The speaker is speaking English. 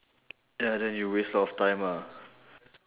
ya then you waste a lot of time ah